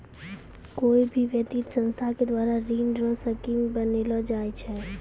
कोय भी वित्तीय संस्था के द्वारा ऋण रो स्कीम बनैलो जाय छै